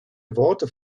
worte